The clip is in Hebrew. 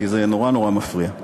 כי זה נורא נורא מפריע.